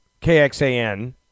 KXAN